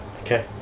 Okay